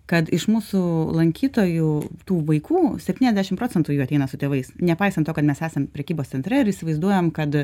kad iš mūsų lankytojų tų vaikų septyniasdešim procentų jų ateina su tėvais nepaisant to kad mes esam prekybos centre ir įsivaizduojam kad